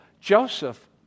Joseph